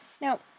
Now